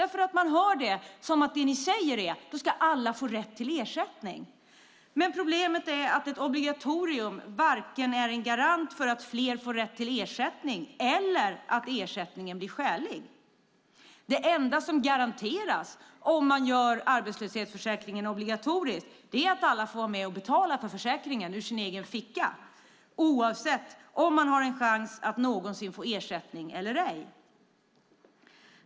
Det låter som om ni säger att alla ska få rätt till ersättning, men problemet är att ett obligatorium varken är en garant för att fler får rätt till ersättning eller för att ersättningen blir skälig. Det enda som garanteras om man gör arbetslöshetsförsäkringen obligatorisk är att alla får vara med och betala för försäkringen ur sin egen ficka oavsett om man har en chans att någonsin få ersättning eller ej.